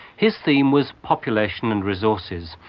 his theme was population and resources,